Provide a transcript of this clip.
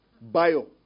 Bio